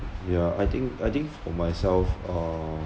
yeah I think I think for myself uh